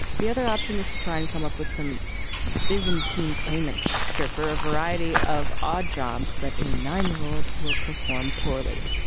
the other option is to try and come up with some byzantine payment structure for a variety of odd jobs that a nine year old will perform poorly.